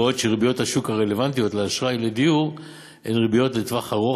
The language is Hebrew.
בעוד שריביות השוק הרלוונטיות לאשראי לדיור הן ריביות לטווח ארוך,